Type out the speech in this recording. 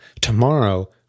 tomorrow